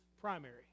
primary